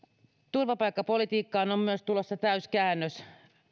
turvapaikkapolitiikkaan on myös tulossa täyskäännös